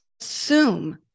assume